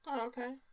Okay